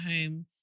home